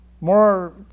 more